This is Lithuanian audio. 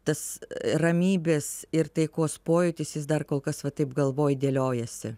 tas ramybės ir taikos pojūtis jis dar kol kas va taip galvoj dėliojasi